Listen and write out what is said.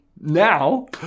now